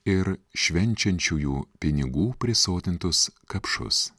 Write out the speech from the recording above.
ir švenčiančiųjų pinigų prisotintus kapšus